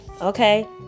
Okay